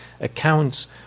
accounts